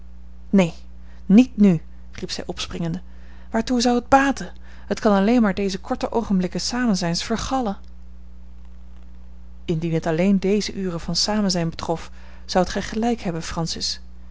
neen niet n riep zij opspringende waartoe zou het baten het kan alleen maar deze korte oogenblikken samenzijns vergallen indien het alleen deze ure van samenzijn betrof zoudt gij gelijk hebben francis